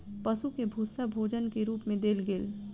पशु के भूस्सा भोजन के रूप मे देल गेल